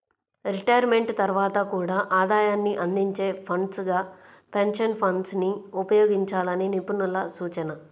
retirement తర్వాత కూడా ఆదాయాన్ని అందించే ఫండ్స్ గా పెన్షన్ ఫండ్స్ ని ఉపయోగించాలని నిపుణుల సూచన